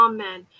Amen